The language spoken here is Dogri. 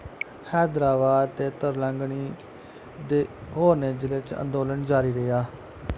हैदराबाद ते तेलंगनी दे होरनें जिलें च अंदोलन जारी रेहा